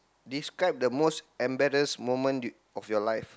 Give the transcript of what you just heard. describe the most embarrassed moment of your life